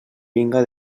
vinga